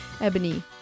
Ebony